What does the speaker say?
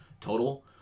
total